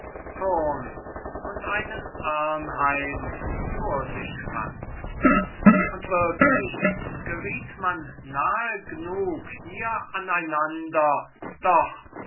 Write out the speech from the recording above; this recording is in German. thurn und einen arnheim vor sich fand und wirklich geriet man nahe gnug hier aneinander doch